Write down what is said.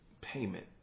payment